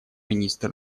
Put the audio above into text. министр